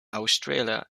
australia